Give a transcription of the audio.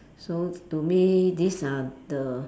so to me these are the